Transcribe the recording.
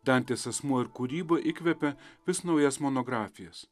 dantės asmuo ir kūryba įkvepia vis naujas monografijas